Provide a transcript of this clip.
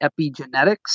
epigenetics